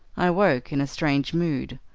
i woke in a strange mood,